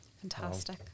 Fantastic